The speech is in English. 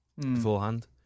beforehand